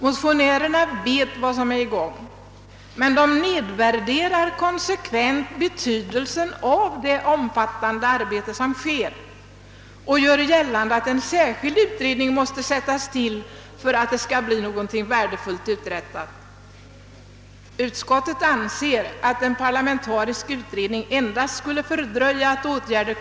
Motionärerna vet vad som är i gång, men de nedvärderar konsekvent betydelsen av det omfattande arbete som utförs och gör gällande att en särskild utredning måste sättas in för att någonting värdefullt skall bli uträttat. Utskottet anser att en parlamentarisk utredning endast skulle fördröja åtgärderna.